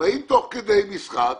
באים תוך כדי משחק,